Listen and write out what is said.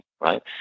right